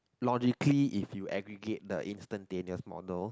logically if you aggregate the instantaneous models